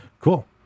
cool